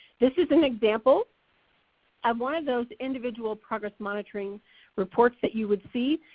this is an example of one of those individual progress monitoring reports that you would see.